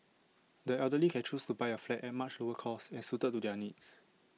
the elderly can choose to buy A flat at much lower cost and suited to their needs